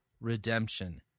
redemption